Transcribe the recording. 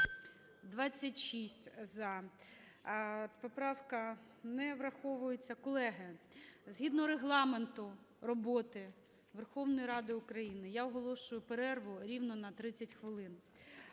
За-26 Поправка не враховується. Колеги, згідно Регламенту роботи Верховної Ради України я оголошую перерву рівно на 30 хвилин.